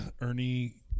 Ernie